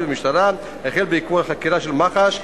במשטרה החל בעקבות חקירה של מח"ש,